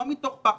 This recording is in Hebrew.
לא מתוך פחד,